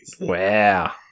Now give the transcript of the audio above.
Wow